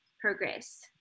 progress